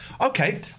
Okay